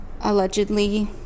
allegedly